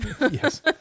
Yes